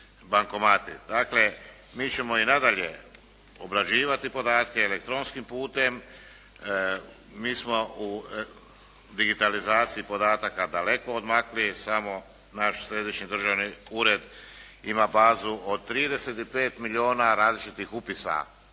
Dakle, mi ćemo i nadalje obrađivati podatke elektronskim putem. Mi smo u digitalizaciji podataka daleko odmakli, samo naš središnji državni ured ima bazu od 35 milijuna različitih upisa